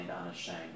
unashamed